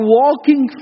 walking